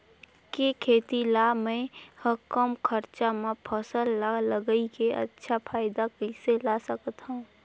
के खेती ला मै ह कम खरचा मा फसल ला लगई के अच्छा फायदा कइसे ला सकथव?